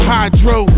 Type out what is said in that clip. Hydro